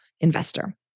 investor